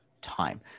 time